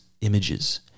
images